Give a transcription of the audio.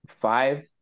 five